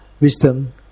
wisdom